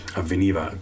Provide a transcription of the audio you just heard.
avveniva